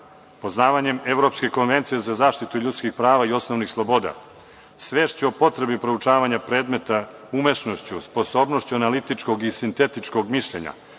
poznavanjem Evropske konvencije za zaštitu ljudskih prava i osnovnih sloboda, svešću o potrebi proučavanja predmeta, umešnošću, sposobnošću analitičkog i sintetičkog mišljenja,